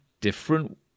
different